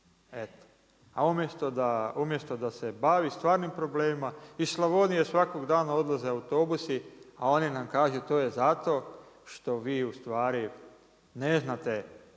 a umjesto da se bavi stvarnim problemima. Iz Slavonije svakog dana odlaze autobusi, a oni nam kažu to je zato što vi ustvari ne znate